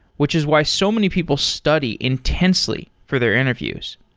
which is why so many people study intensely for their interviews.